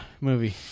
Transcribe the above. movie